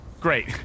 Great